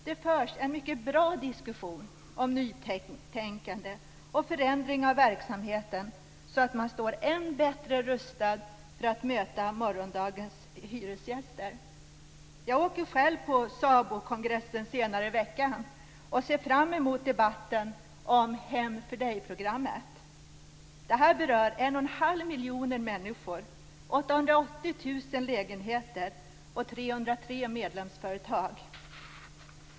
Det förs en mycket bra diskussion om nytänkande och förändring av verksamheten, så att man står än bättre rustad för att möta morgondagens hyresgäster. Jag åker själv på SABO-kongressen senare i veckan och ser fram emot debatten om programmet Hem för Dig. Detta berör en och en halv miljon människor, 880 000 lägenheter och 303 medlemsföretag.